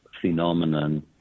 phenomenon